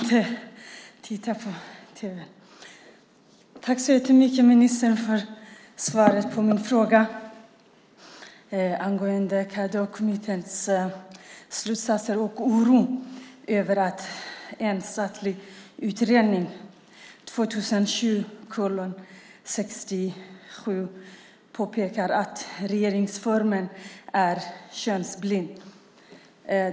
Tack så jättemycket, ministern, för svaret på min interpellation angående Cedawkommitténs slutsatser och oron över att en statlig utredning, SOU2007:67, påpekar att regeringsformen är könsblind.